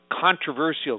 controversial